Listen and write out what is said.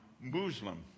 Muslim